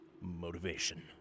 Motivation